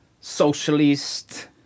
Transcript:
socialist